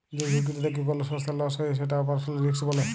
যে ঝুঁকিটা থেক্যে কোল সংস্থার লস হ্যয়ে যেটা অপারেশনাল রিস্ক বলে